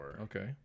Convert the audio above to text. Okay